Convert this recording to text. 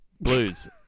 Blues